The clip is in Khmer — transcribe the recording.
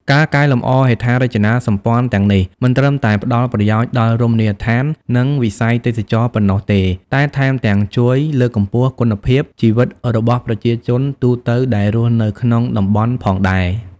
ការកែលម្អហេដ្ឋារចនាសម្ព័ន្ធទាំងនេះ មិនត្រឹមតែផ្តល់ប្រយោជន៍ដល់រមណីយដ្ឋាន និងវិស័យទេសចរណ៍ប៉ុណ្ណោះទេ តែថែមទាំងជួយ លើកកម្ពស់គុណភាពជីវិតរបស់ប្រជាជនទូទៅ ដែលរស់នៅក្នុងតំបន់ផងដែរ។